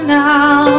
now